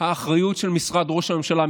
האחריות של משרד ראש הממשלה,